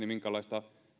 tietääkseni minkäänlaista